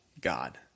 God